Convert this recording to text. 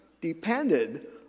depended